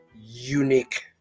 unique